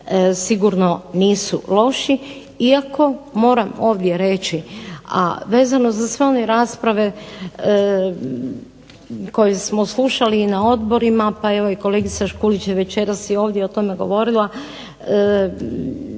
sigurno nisu loši, iako moram ovdje reći, a vezano za sve one rasprave koje smo slušali i na odborima, pa evo i kolegica Škulić je večeras i ovdje o tome govorila,